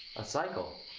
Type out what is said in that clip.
a cycle.